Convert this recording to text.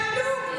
תעלו.